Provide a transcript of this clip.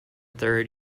third